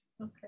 okay